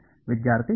ವಿದ್ಯಾರ್ಥಿ ಎರಡನೆಯದು